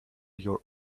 your